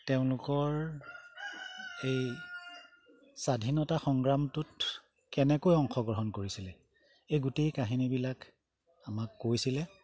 তেওঁলোকৰ এই স্বাধীনতা সংগ্ৰামটোত কেনেকৈ অংশগ্ৰহণ কৰিছিলে এই গোটেই কাহিনীবিলাক আমাক কৈছিলে